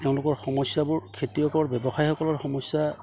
তেওঁলোকৰ সমস্যাবোৰ খেতিয়কৰ ব্যৱসায়সকলৰ সমস্যা